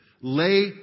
Lay